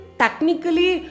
technically